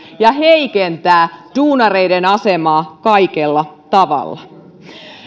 ja heikentää duunareiden asemaa kaikella tavalla